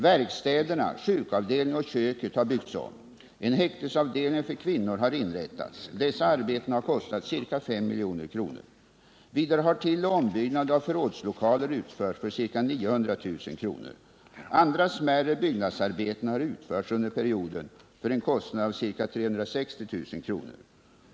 Verkstäderna, sjukavdelningen och köket har byggts om. En häktesavdelning för kvinnor har inrättats. Dessa arbeten har kostat ca 5 milj.kr. Vidare har tilloch ombyggnad av förrådslokaler utförts för ca 900000 kr. Andra smärre byggnadsarbeten har utförts under perioden för en kostnad av ca 360 000 kr.